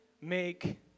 make